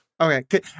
Okay